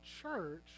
church